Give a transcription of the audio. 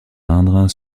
indre